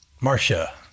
Marcia